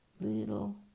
little